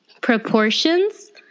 proportions